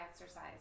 exercise